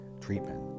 treatment